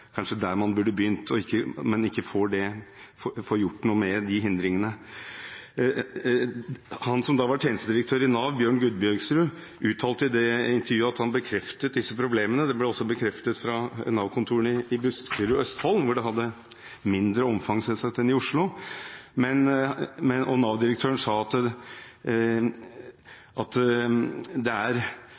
kanskje er der man burde begynt – men man får ikke gjort noe med de hindringene. Han som da var tjenestedirektør i Nav, Bjørn Gudbjørgsrud, uttalte i det intervjuet at han bekreftet disse problemene. Det ble også bekreftet fra Nav-kontorene i Buskerud og Østfold, hvor det hadde mindre omfang, selvsagt, enn i Oslo, og Nav-direktøren sa at mange vil ha vanskelig for å akseptere at